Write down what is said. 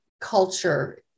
culture